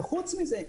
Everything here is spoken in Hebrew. וחוץ מזה,